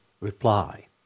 reply